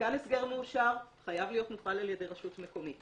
ומתקן הסגר מאושר חייב להיות מופעל על ידי רשות מקומית